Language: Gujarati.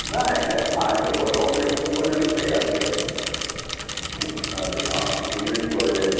ના એટલે હા એટલે વોર્ડરોબ ને એ બધું બનેલું તૈયાર છે હં હં ઇંગ્લિશ ટોઇલેટ